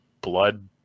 blood